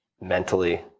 mentally